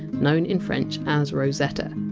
known in french as rosetta.